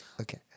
Okay